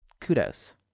kudos